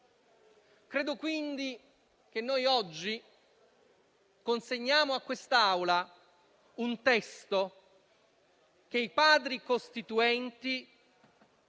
Credo quindi che oggi consegniamo all'Assemblea un testo che i padri costituenti